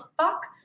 fuck